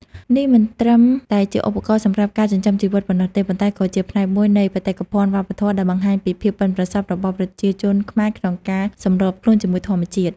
នេះមិនត្រឹមតែជាឧបករណ៍សម្រាប់ការចិញ្ចឹមជីវិតប៉ុណ្ណោះទេ ប៉ុន្តែក៏ជាផ្នែកមួយនៃបេតិកភណ្ឌវប្បធម៌ដែលបង្ហាញពីភាពប៉ិនប្រសប់របស់ប្រជាជនខ្មែរក្នុងការសម្របខ្លួនជាមួយធម្មជាតិ។